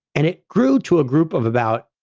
and it grew to a group of about,